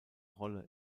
rolle